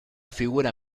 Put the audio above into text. figura